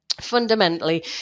fundamentally